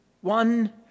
One